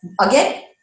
Again